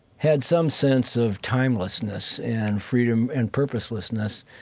had some sense of timelessness and freedom and purposelessness,